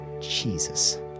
Jesus